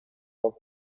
was